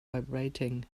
vibrating